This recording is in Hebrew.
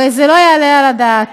הרי זה לא יעלה על הדעת.